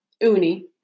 uni